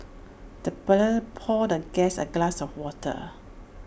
the butler poured the guest A glass of water